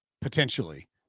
potentially